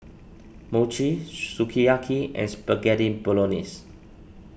Mochi Sukiyaki and Spaghetti Bolognese